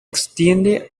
extiende